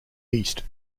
east